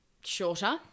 Shorter